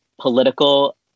political